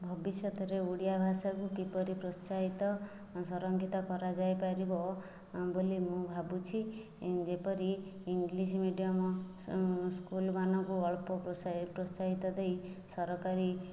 ଭବିଷ୍ୟତରେ ଓଡ଼ିଆ ଭାଷାକୁ କିପରି ପ୍ରୋତ୍ସାହିତ ସଂରକ୍ଷିତ କରାଯାଇପାରିବ ବୋଲି ମୁଁ ଭାବୁଛି ଯେପରି ଇଂଲିଶ ମିଡ଼ିୟମ୍ ସ୍କୁଲ ମାନଙ୍କୁ ଅଳ୍ପ ପ୍ରୋତ୍ସାହିତ ଦେଇ ସରକାରୀ